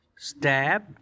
Stab